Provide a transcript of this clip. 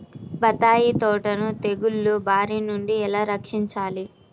బత్తాయి తోటను తెగులు బారి నుండి ఎలా రక్షించాలి?